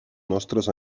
nostres